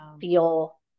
feel